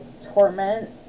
torment